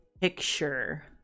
picture